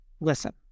Listen